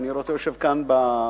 שאני רואה אותו יושב כאן ביציע,